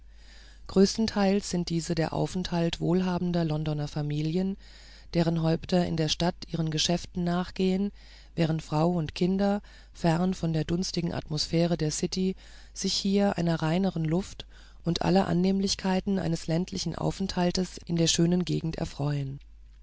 größtenteils sind diese der aufenthalt wohlhabender londoner familien deren häupter in der stadt ihren geschäften nachgehen während frau und kinder fern von der dunstigen atmosphäre der city sich hier einer reineren luft und aller annehmlichkeiten eines ländlichen aufenthalts in der schönen gegend erfreuen